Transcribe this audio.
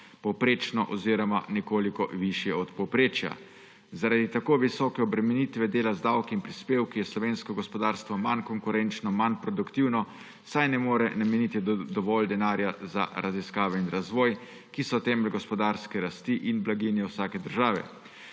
povprečne oziroma nekoliko višje od povprečja. Zaradi tako visoke obremenitve dela z davki in prispevki je slovensko gospodarstvo manj konkurenčno, manj produktivno, saj ne more nameniti dovolj denarja za raziskave in razvoj, ki so temelj gospodarske rasti in blaginje vsake države.